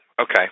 Okay